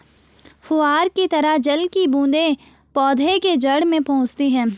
फुहार की तरह जल की बूंदें पौधे के जड़ में पहुंचती है